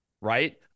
right